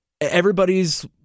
Everybody's